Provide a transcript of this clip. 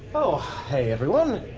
oh, hey everyone!